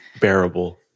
bearable